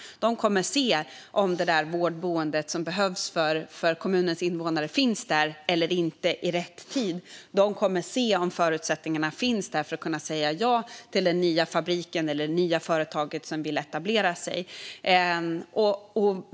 De kommer att se om det där vårdboendet som kommunens invånare behöver finns där eller inte i rätt tid. De kommer att se om förutsättningarna finns för att säga ja till den nya fabrik eller det nya företag som vill etablera sig.